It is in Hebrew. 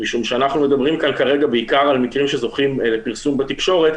משום שאנחנו מדברים כאן כרגע בעיקר על מקרים שזוכים לפרסום בתקשורת,